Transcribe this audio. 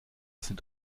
sind